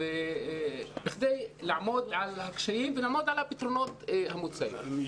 וזאת כדי לעמוד על הקשיים ולעמוד עןל הפתרונות המוצעים.